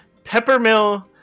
Peppermill